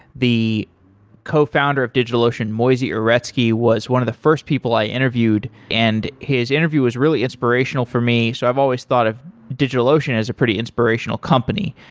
the co-founder of digitalocean moisey uretsky was one of the first people i interviewed and his interview was really inspirational for me, so i've always thought of digitalocean as a pretty inspirational company.